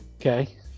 Okay